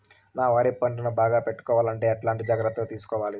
నా వరి పంటను బాగా పెట్టుకోవాలంటే ఎట్లాంటి జాగ్రత్త లు తీసుకోవాలి?